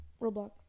Roblox